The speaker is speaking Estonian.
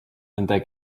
nende